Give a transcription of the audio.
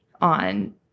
on